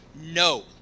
no